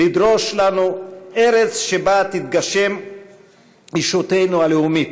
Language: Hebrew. לדרוש לנו ארץ שבה תתגשם ישותנו הלאומית",